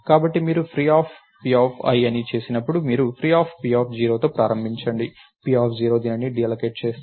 కాబట్టి మీరు freepi అని చెప్పినప్పుడు మీరు freep0 తో ప్రారంభించండి p0 దీనిని డీఅల్లోకేట్ చేస్తుంది